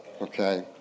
okay